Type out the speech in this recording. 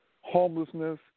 homelessness